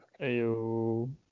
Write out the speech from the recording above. Ayo